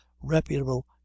reputable